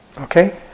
Okay